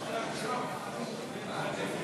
הוועדה